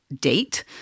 date